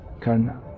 karna